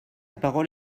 parole